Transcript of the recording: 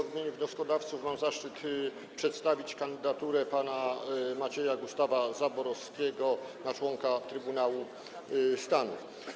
W imieniu wnioskodawców mam zaszczyt przedstawić kandydaturę pana Macieja Gustawa Zaborowskiego na członka Trybunału Stanu.